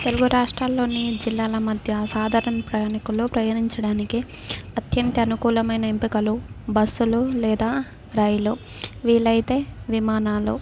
తెలుగు రాష్ట్రాల్లోని జిల్లాల మధ్య సాధారణ ప్రయాణికులు ప్రయాణించడానికి అత్యంత అనుకూలమైన ఎంపికలు బస్సులు లేదా రైలు వీలైతే విమానాలు